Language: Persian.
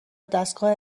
ودستگاه